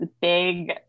big